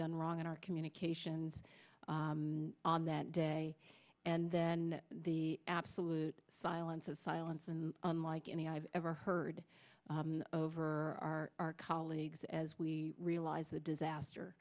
done wrong in our communications on that day and then the absolute silence of silence and unlike any i've ever heard of her are our colleagues as we realize the disaster